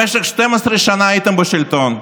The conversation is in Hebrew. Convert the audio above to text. במשך 12 שנה הייתם בשלטון,